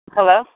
Hello